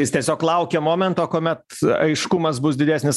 jis tiesiog laukia momento kuomet aiškumas bus didesnis